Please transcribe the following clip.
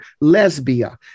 Lesbia